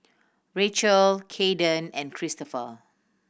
Rachael Cayden and Cristopher